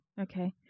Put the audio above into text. Okay